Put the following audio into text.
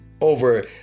over